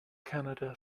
canada